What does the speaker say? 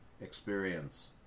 experience